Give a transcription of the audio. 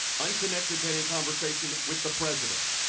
and connected to any conversation with the president.